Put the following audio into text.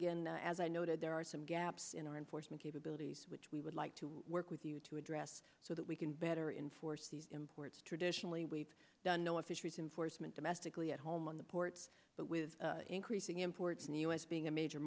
again as i noted there are some gaps in our enforcement capabilities which we would like to work with you to address so that we can better in force these imports traditionally we've done no one fisheries enforcement domestically at home on the ports but with increasing imports and us being a major